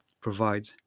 provide